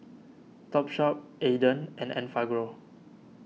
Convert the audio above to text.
Topshop Aden and Enfagrow